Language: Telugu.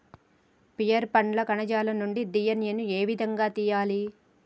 పియర్ పండ్ల కణజాలం నుండి డి.ఎన్.ఎ ను ఏ విధంగా తియ్యాలి?